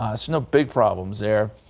ah snow big problems there.